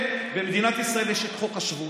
במדינת ישראל יש את חוק השבות.